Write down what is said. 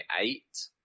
eight